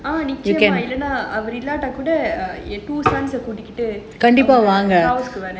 இல்லனா அவரு இல்லாட்ட கூட கூட்டிட்டு வரேன்:illana avaru ilatta kooda kootitu varen